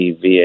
VA